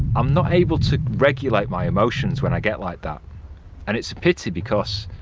i'm not able to regulate my emotions when i get like that and it's a pity because